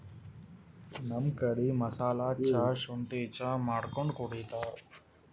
ನಮ್ ಕಡಿ ಮಸಾಲಾ ಚಾ, ಶುಂಠಿ ಚಾ ಮಾಡ್ಕೊಂಡ್ ಕುಡಿತಾರ್